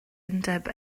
undeb